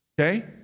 okay